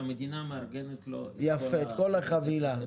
שהמדינה מארגנת לו את כל החבילה.